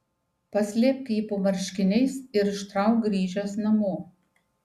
paslėpk jį po marškiniais ir ištrauk grįžęs namo